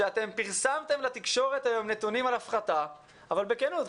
שאתם פרסמתם לתקשורת היום נתונים על הפחתה אבל בכנות,